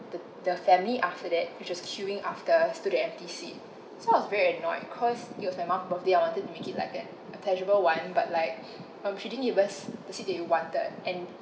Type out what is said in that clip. the the family after that which was queuing after us to the empty seat so I was very annoyed cause it was my mum birthday I wanted to make it like that a tangible [one] but like um she didn't give us the seat that we wanted and